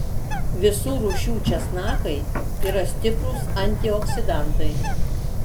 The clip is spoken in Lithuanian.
visų rūšių česnakai yra stiprūs antioksidantai